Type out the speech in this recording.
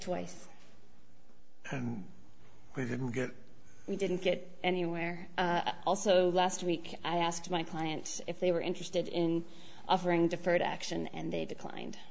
get we didn't get anywhere also last week i asked my clients if they were interested in offering deferred action and they declined